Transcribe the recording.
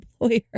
employer